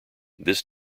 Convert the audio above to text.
this